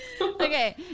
Okay